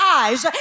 eyes